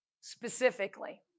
specifically